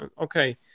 okay